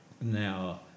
now